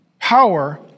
power